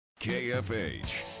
KFH